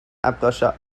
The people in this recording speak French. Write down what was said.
approcha